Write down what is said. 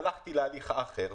הלכתי להליך האחר,